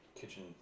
kitchen